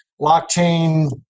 Blockchain